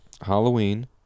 Halloween